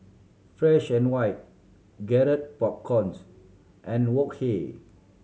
Fresh and White Garrett Popcorns and Wok Hey